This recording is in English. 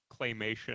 claymation